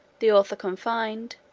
the author confined.